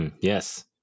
yes